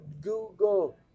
Google